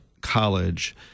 College